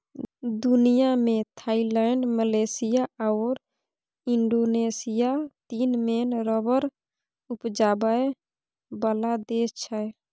दुनियाँ मे Thailand, Malaysia आओर इंडोनेशिया तीन मेन रबर उपजाबै बला देश छै